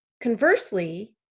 Conversely